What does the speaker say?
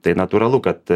tai natūralu kad